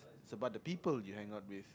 it's about the people you hangout with